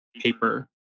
paper